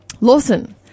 Lawson